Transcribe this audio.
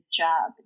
job